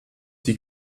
die